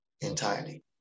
entirely